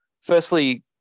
Firstly